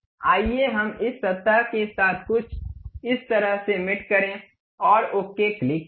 आइए हम इस सतह के साथ कुछ इस तरह से मेट करें और ओके क्लिक करें